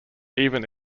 even